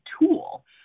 tool